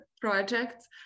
projects